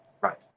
Right